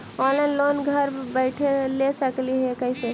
Online loan घर बैठे ले सकली हे, कैसे?